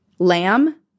lamb